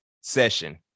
session